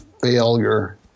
failure